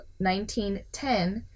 1910